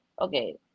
okay